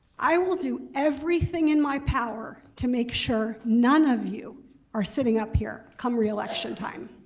i will do everything in my power to make sure none of you are sitting up here come reelection time.